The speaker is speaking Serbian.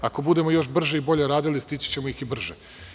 Ako budemo još brže i bolje radili, stići ćemo ih i brže.